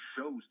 shows